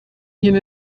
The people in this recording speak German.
hier